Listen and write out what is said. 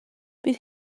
bydd